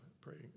praying